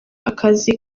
akazi